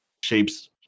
shapes